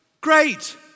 Great